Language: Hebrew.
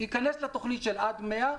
ייכנס לתוכנית של על מאה,